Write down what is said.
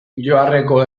joarreko